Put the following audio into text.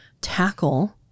tackle